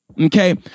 Okay